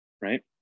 right